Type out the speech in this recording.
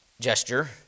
gesture